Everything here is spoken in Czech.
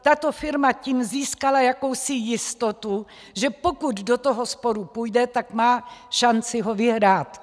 Tato firma tím získala jakousi jistotu, že pokud do toho sporu půjde, tak má šanci ho vyhrát.